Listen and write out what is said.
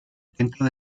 dentro